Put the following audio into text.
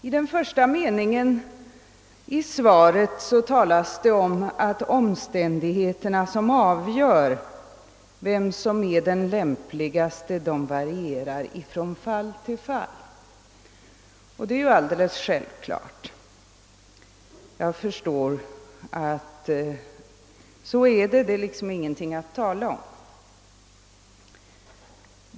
I den första meningen i svaret talas det om att de omständigheter som avgör vem som är den lämpligaste för en tjänst varierar från fall till fall. Det är alldeles självklart. Jag förstår väl att det är så. Det är liksom ingenting att tala om.